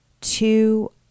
two